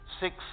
Six